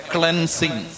Cleansing